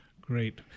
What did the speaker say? Great